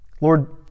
Lord